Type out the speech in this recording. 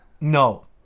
No